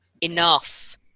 Enough